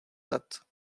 let